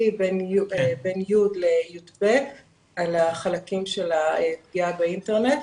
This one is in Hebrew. בין י' ל-י"ב על החלקים של הפגיעה באינטרנט.